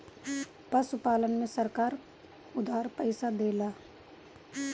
पशुपालन में सरकार उधार पइसा देला?